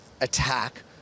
attack